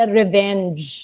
revenge